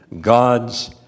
God's